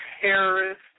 terrorist